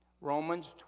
Romans